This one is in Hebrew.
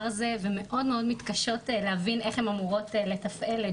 הזה ומאוד מתקשות להבין איך הן אמורות לתפעל,